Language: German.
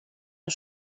der